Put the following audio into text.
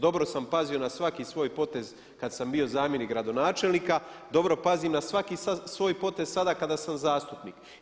Dobro sam pazio na svaki svoj potez kada sam bio zamjenik gradonačelnika, dobro pazim na svaki svoj potez sada kada sam zastupnik.